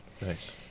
Nice